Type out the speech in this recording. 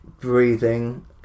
breathing